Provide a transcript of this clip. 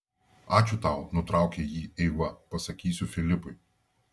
ačiū tau nutraukė jį eiva pasakysiu filipui